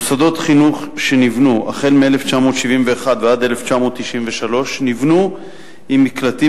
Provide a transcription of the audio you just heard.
מוסדות חינוך שנבנו מ-1971 ועד 1993 נבנו עם מקלטים,